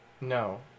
no